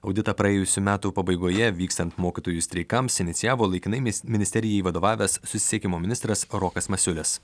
auditą praėjusių metų pabaigoje vykstant mokytojų streikams inicijavo laikinai mis ministerijai vadovavęs susisiekimo ministras rokas masiulis